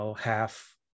half